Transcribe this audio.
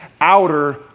outer